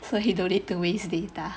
so he don't need to waste data